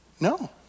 No